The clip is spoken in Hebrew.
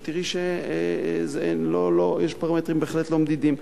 את תראי שיש פרמטרים בהחלט לא מדידים.